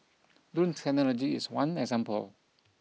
drone technology is one example